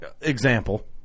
Example